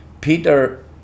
Peter